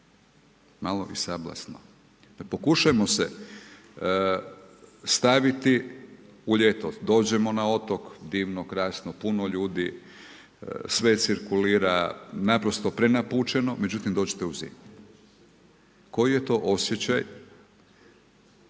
malo i sablasno. Pokušajmo se staviti u ljeto, dođemo na otok, divno, krasno, puno ljudi, sve cirkulira, naprosto prenapučeno, međutim dođite u zimi, koji je to osjećaj,